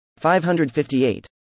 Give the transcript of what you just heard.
558